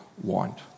want